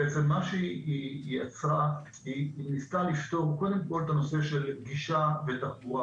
היא ניסתה לפתור קודם כל את הנושא של גישה ותחבורה